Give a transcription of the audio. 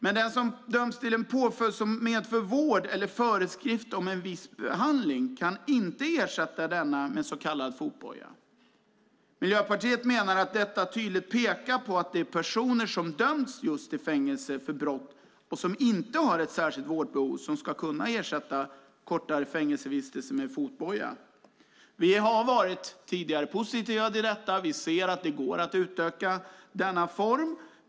Men för den som döms till en påföljd som medför vård eller föreskrift om viss behandling kan denna inte ersättas med så kallad fotboja. Miljöpartiet menar att detta tydligt pekar på att det för personer som dömts till fängelse för brott och som inte har ett särskilt vårdbehov ska vara möjligt att ersätta kortare fängelsevistelse med fotboja. Tidigare har vi varit positiva till detta. Vi ser att det går att utöka denna form.